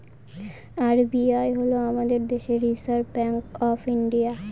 RBI হল আমাদের দেশের রিসার্ভ ব্যাঙ্ক অফ ইন্ডিয়া